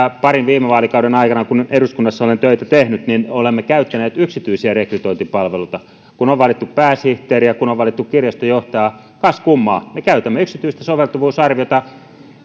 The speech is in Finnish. parin viime vaalikauden aikana kun eduskunnassa olen töitä tehnyt olemme käyttäneet yksityisiä rekrytointipalveluita kun on valittu pääsihteeriä kun on valittu kirjastonjohtajaa niin kas kummaa me käytämme yksityistä soveltuvuusarviota